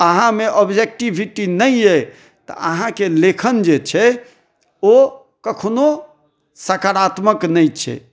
अहाँ मे आब्जेक्टिविटी नहि अछि तऽ अहाँके लेखन जे छै ओ कखनो सकारात्मक नहि छै